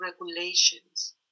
regulations